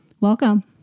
Welcome